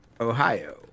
Ohio